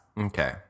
Okay